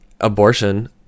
abortion